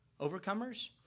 Overcomers